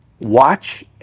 watch